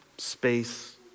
Space